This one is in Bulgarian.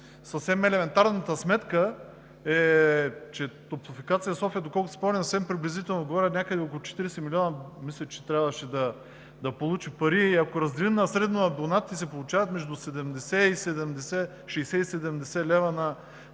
съвсем елементарната сметка е, че Топлофикация – София, доколкото си спомням, съвсем приблизително говоря, някъде около 40 милиона, мисля, че трябваше да получи, и ако разделим средно на абонатите, се получават между 60 и 70 лв. на